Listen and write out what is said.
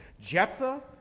Jephthah